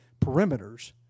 perimeters